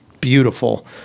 beautiful